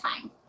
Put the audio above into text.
time